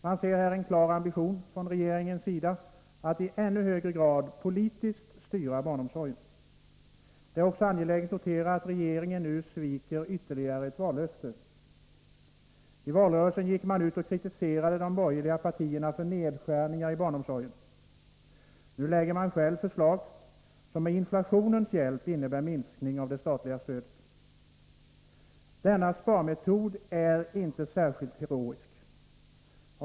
Man ser här en klar ambition från regeringens sida att i ännu högre grad politiskt styra barnomsorgen. Det är också angeläget att notera att regeringen nu sviker ytterligare ett vallöfte. I valrörelsen gick man ut och kritiserade de borgerliga partierna för nedskärningar i barnomsorgen. Nu lägger man själv fram förslag som med inflationens hjälp innebär minskning av det statliga stödet. Denna sparmetod är inte särskilt heroisk.